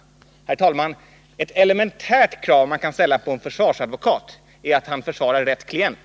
Herr talman! Ett elementärt krav som man kan ställa på en försvarsadvokat är att han försvarar rätt klient.